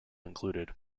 included